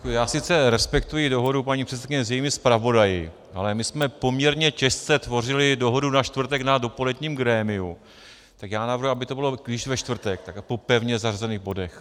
Já sice respektuji dohodu paní předsedkyně se svými zpravodaji, ale my jsme poměrně těžce tvořili dohodu na čtvrtek na dopoledním grémiu, tak já navrhuji, aby to bylo když ve čtvrtek, tak po pevně zařazených bodech.